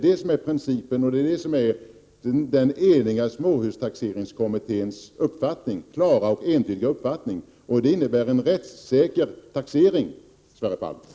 Det är principen, och det är den eniga småhustaxeringskommitténs klara och entydiga uppfattning. Det innebär en rättssäker taxering, Sverre Palm.